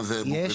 מה זה מוגנים?